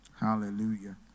Hallelujah